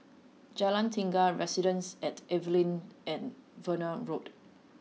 Jalan Tiga Residences at Evelyn and Verde Road